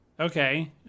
okay